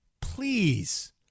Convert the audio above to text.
please